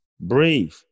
Breathe